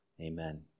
Amen